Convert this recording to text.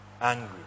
angry